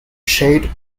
shade